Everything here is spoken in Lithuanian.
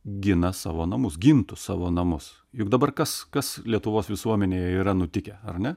gina savo namus gintų savo namus juk dabar kas kas lietuvos visuomenėje yra nutikę ar ne